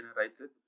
generated